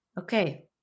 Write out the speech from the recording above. Okay